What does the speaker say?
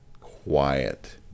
quiet